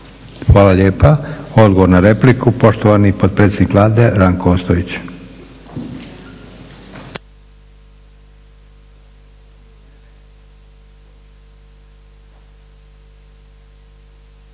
Hvala lijepa. Odgovor na repliku poštovani potpredsjednik Vlade Ranko Ostojić.